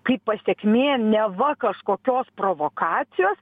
kaip pasekmė neva kažkokios provokacijos